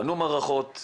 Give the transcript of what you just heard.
בנו מערכות,